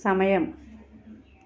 సమయం